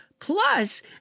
Plus